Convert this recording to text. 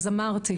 אז אמרתי,